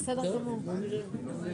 אחד,